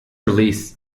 release